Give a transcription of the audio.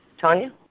Tanya